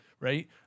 right